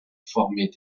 former